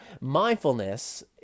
mindfulness